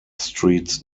streets